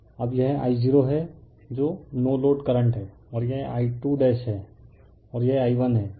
अब यह I0 है जो नो लोड करंट है और यह I2 है और यह I1 है